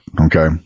okay